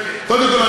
קודם כול,